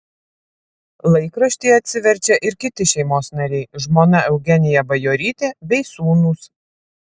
laikraštį atsiverčia ir kiti šeimos nariai žmona eugenija bajorytė bei sūnūs